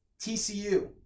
TCU